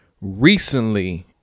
recently